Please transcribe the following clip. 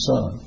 Son